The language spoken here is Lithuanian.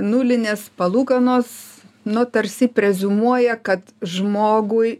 nulinės palūkanos nu tarsi preziumuoja kad žmogui